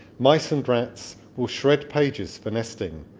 mice and rats will shred pages for nesting.